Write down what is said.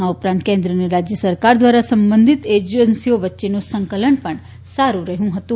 આ ઉપરાંત કેન્દ્ર અને રાજ્ય સરકાર તથા સંબંધિત એજન્સીઓ વચ્ચેનું સંકલન પણ સારૂં રહ્યું હતું